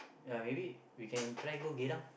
ya maybe we can try go Geylang